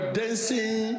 dancing